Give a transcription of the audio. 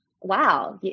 Wow